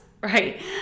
right